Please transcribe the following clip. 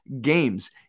games